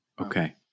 Okay